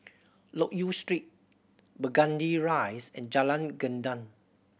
Loke Yew Street Burgundy Rise and Jalan Gendang